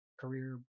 career